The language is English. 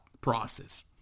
process